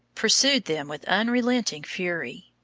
pursued them with unrelenting fury.